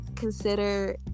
consider